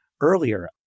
earlier